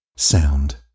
Sound